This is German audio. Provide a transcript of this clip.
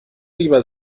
lieber